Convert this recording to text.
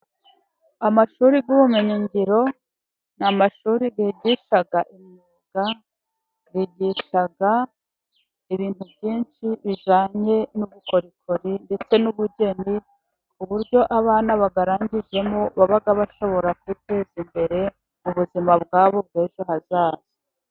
Amashuri y'ubumenyi ngiro n'amashuri bigisha imyuga, bigisha ibintu byinshi bijyanye n'ubukorikori ndetse n'ubugeni ku buryo abana bayarangijemo baba bashobora kwiteza imbere m'ubuzima bwabo bw'ejo hazaza.